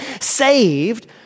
saved